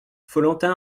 follentin